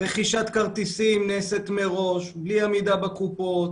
מדובר ברכישת כרטיסים מראש ללא עמידה בקופות,